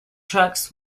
trucks